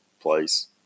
place